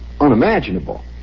unimaginable